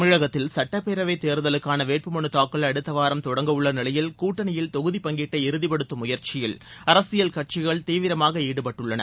தமிழகத்தில் சட்டப்பேரவைத் தேர்தலுக்கான வேட்பு மலு தாக்கல் அடுத்த வாரம் தொடங்க உள்ள நிலையில் கூட்டணியில் தொகுதிப் பங்கீட்டை இறுதிப்படுத்தும் முயற்சியில் அரசியல் கட்சிகள் தீவிரமாக ஈடுபட்டுள்ளன